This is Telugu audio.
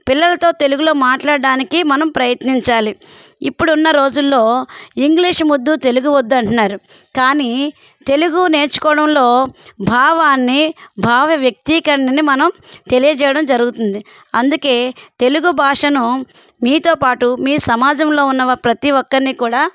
పిల్లలతో తెలుగులో మాట్లాడడానికి మనం ప్రయత్నించాలి ఇప్పుడు ఉన్న రోజుల్లో ఇంగ్లీష్ ముద్దు తెలుగు వద్దు అంటున్నారు కానీ తెలుగు నేర్చుకోవడంలో భావాన్ని భావ వ్యక్తీకరణని మనం తెలియజేయడం జరుగుతుంది అందుకే తెలుగు భాషను మీతో పాటు మీ సమాజంలో ఉన్న ప్రతి ఒక్కరిని కూడా